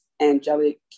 angelic